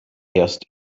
erst